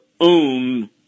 own